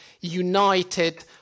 United